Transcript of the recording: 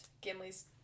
Gimli's